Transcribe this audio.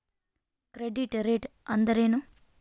Credit rate ಅಂದರೆ ಏನು?